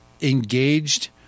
engaged